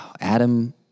Adam